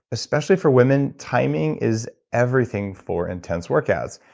especially for women timing is everything for intense workouts.